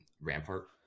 rampart